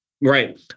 Right